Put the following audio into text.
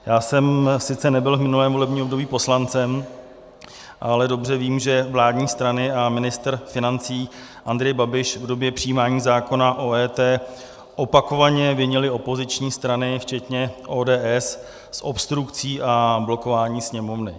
Já jsem sice nebyl v minulém volebním období poslancem, ale dobře vím, že vládní strany a ministr financí Andrej Babiš v době přijímání zákona o EET opakovaně vinili opoziční strany včetně ODS z obstrukcí a blokování Sněmovny.